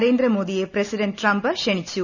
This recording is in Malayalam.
നരേന്ദ്രമോദിയെ പ്രസിഡന്റ് ട്രംപ് ക്ഷണിച്ചു